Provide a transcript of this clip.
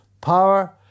power